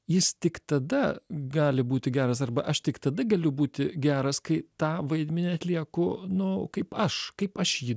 jis tik tada gali būti geras arba aš tik tada galiu būti geras kai tą vaidmenį atlieku nu kaip aš kaip aš jį